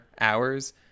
hours